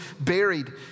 buried